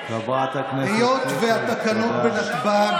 חבר הכנסת מקלב,